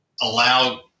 allow